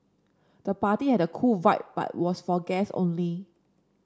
the party had a cool vibe but was for guests only